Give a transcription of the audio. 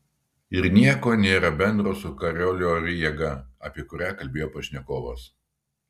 ir nėra nieko bendro su koriolio jėga apie kurią kalbėjo pašnekovas